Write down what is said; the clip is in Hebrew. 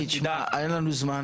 מיכאל מרדכי ביטון (יו"ר ועדת הכלכלה): אין לנו זמן.